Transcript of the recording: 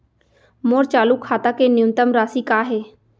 मोर चालू खाता के न्यूनतम राशि का हे?